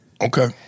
Okay